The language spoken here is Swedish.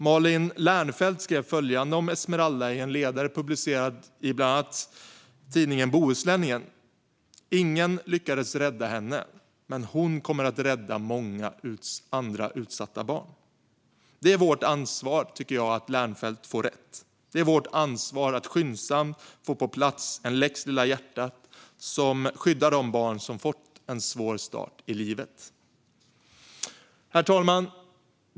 Malin Lernfelt skrev följande om Esmeralda i en ledare publicerad i bland annat tidningen Bohuslänningen: Ingen lyckades rädda henne. Men hon kommer att rädda många andra utsatta barn. Jag tycker att det är vårt ansvar att Lernfelt får rätt. Det är vårt ansvar att skyndsamt få på plats en lex Lilla hjärtat som skyddar de barn som har fått en svår start i livet. Herr talman!